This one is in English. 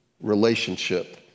relationship